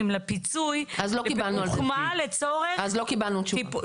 לפיצוי הוקמה לצורך --- לא קיבלנו על זה תשובה.